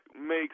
makes